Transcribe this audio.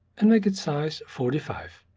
and make its size forty five.